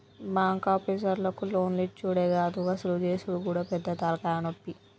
బాంకాపీసర్లకు లోన్లిచ్చుడే గాదు వసూలు జేసుడు గూడా పెద్ద తల్కాయనొప్పి